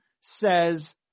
says